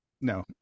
No